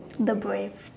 the brave